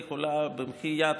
יכולה במחי יד,